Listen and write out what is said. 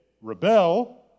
rebel